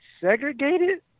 segregated